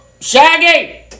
shaggy